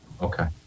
Okay